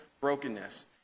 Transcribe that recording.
brokenness